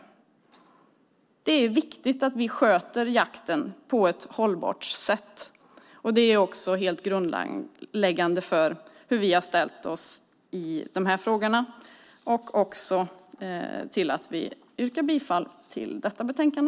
Det är viktigt att vi sköter jakten på ett hållbart sätt. Det är också helt grundläggande när det gäller hur vi har ställt oss i de här frågorna och när vi yrkar bifall till förslaget i detta betänkande.